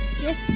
Yes